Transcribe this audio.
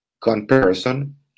comparison